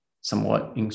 somewhat